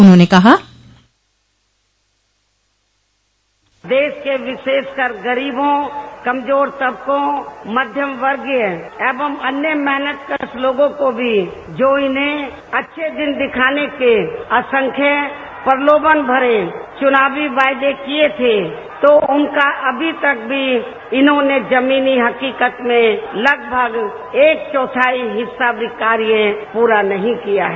उन्होंने कहा देश के विशेषकर गरीबों कमजोर तबकों मध्यम वर्गीय अन्य मेहनत कश लोगों को भी जो इन्हें अच्छे दिन दिखाने के असंख्यक प्रलोभन भरे चूनावी वायदे किये थे तो उनका अभी तक भी इन्होंने जमीनी हकीकत में लगभग एक चौथाई हिस्सा भी कार्य पूरा नही किया है